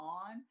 on